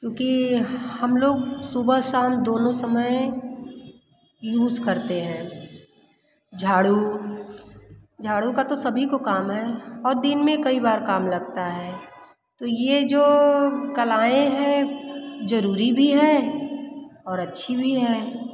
क्योंकि हम लोग सुबह शाम दोनों समय यूज़ करते हैं झाड़ू झाड़ू का तो सभी को काम है और दिन में कई बार काम लगता है तो ये जो कलाएँ हैं ज़रूरी भी हैं और अच्छी भी हैं